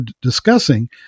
discussing